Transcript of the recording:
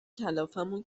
کلافمون